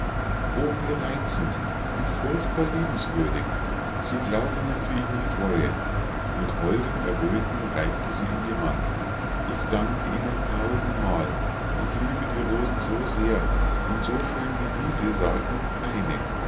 o wie reizend wie furchtbar liebenswürdig sie glauben nicht wie ich mich freue mit holdem erröten reichte sie ihm die hand ich danke ihnen tausendmal ich liebe die rosen so sehr und so schön wie diese sah ich noch keine